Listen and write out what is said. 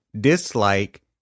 dislike